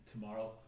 tomorrow